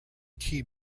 key